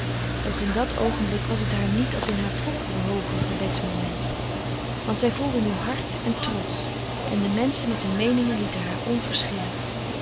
doch in dat oogenblik was het haar niet als in haar vroegere hooge gebedsmomenten want zij voelde nu hard en trotsch en de menschen met hun meeningen lieten haar